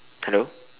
hello